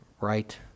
right